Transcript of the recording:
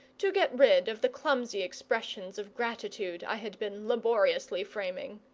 to get rid of the clumsy expressions of gratitude i had been laboriously framing.